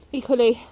equally